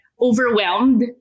overwhelmed